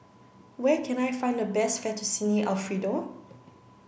where can I find the best Fettuccine Alfredo